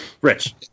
Rich